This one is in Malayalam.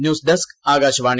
news desk Akashvani